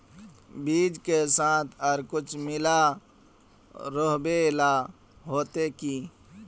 बीज के साथ आर कुछ मिला रोहबे ला होते की?